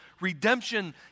redemption